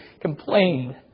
complained